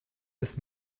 with